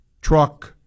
truck